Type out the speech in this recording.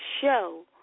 show